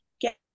get